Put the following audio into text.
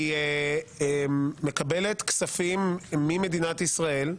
היא מקבלת כספים ממדינת ישראל,